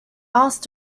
asked